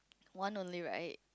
one only right